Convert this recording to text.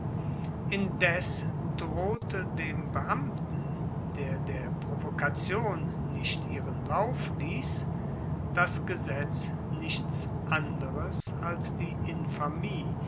indes drohte dem beamten der der provokation nicht ihren lauf liess das gesetz nichts anderes als die infamie